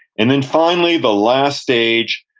and then finally, the last stage,